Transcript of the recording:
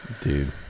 dude